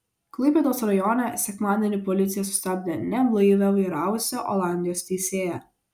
klaipėdos rajone sekmadienį policija sustabdė neblaivią vairavusią olandijos teisėją